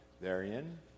therein